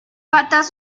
patas